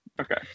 Okay